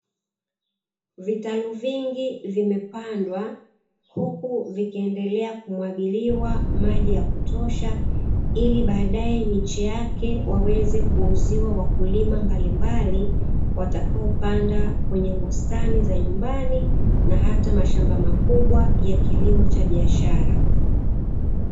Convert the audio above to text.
Vitalu vingi vimepandwa, huku vikiendelea kumwagiliwa maji ya kutosha, ili baadae miche yake waweze kuuziwa wakulima mbalimbali watakaopanda kwenye bustani za nyumbani, na hata mashamba makubwa ya kilimo cha biashara.